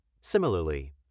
Similarly